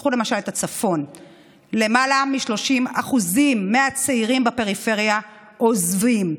קחו למשל את הצפון: למעלה מ-30% מהצעירים בפריפריה עוזבים.